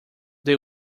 they